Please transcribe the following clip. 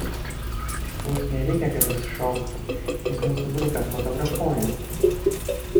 mums nereikia kad jis šoktų jis mūsų grupę fotografuoja